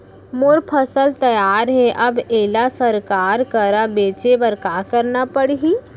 मोर फसल तैयार हे अब येला सरकार करा बेचे बर का करना पड़ही?